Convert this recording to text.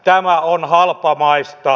tämä on halpamaista